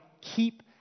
keep